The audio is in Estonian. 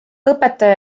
õpetaja